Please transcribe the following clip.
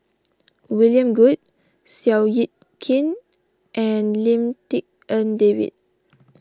William Goode Seow Yit Kin and Lim Tik En David